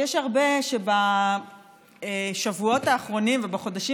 ישב מנכ"ל משרד האוצר בוועדת